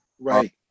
Right